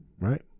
right